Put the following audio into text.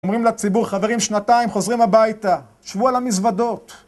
אומרים לציבור, חברים, שנתיים, חוזרים הביתה. תשבו על המזוודות